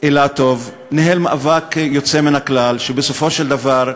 אילטוב ניהל מאבק יוצא מן הכלל, ובסופו של דבר,